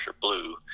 blue